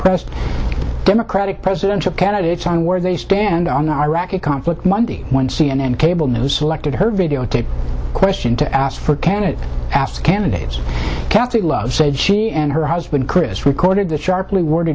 pressed democratic presidential candidates on where they stand on the iraqi conflict monday when c n n cable news selected her videotaped question to ask for candidate asked candidates catholic love said she and her husband chris recorded the sharply word